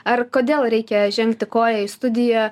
ar kodėl reikia žengti koją į studiją